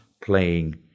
playing